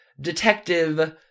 detective